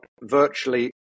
virtually